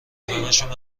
همشو